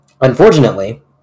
Unfortunately